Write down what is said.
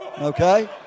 okay